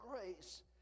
grace